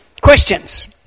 questions